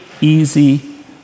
easy